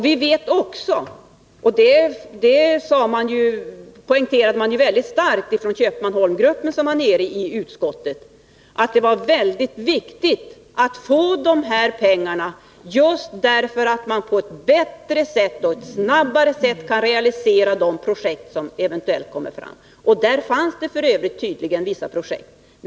Vi vet också — och det poängterades väldigt starkt från Köpmanholmsgruppen i utskottet — att det är mycket viktigt att man får dessa pengar, just därför att man på ett bättre och snabbare sätt kan realisera de projekt som eventuellt kommer fram. Där finns f. ö. tydligen vissa projekt.